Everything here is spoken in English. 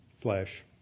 flesh